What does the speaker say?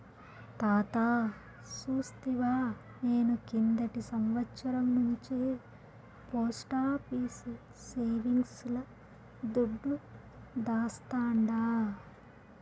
తాతా సూస్తివా, నేను కిందటి సంవత్సరం నుంచే పోస్టాఫీసు సేవింగ్స్ ల దుడ్డు దాస్తాండా